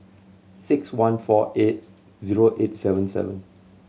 six one four eight zero eight seven seven